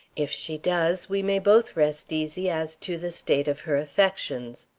if she does, we may both rest easy as to the state of her affections.